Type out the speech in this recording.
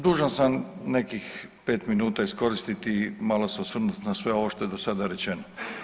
Dužan sam nekih pet minuta iskoristiti i malo se osvrnuti na sve ovo što je do sada rečeno.